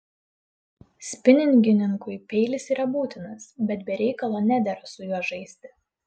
spiningininkui peilis yra būtinas bet be reikalo nedera su juo žaisti